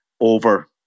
over